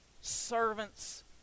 servants